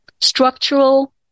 structural